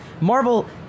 Marvel